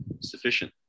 sufficient